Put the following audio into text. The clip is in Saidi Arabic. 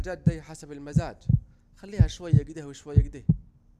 الحاجات دي حسب المزاج، خليها شوية اكده وشوية اكده